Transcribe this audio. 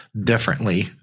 differently